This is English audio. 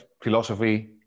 Philosophy